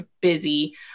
busy